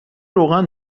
روغن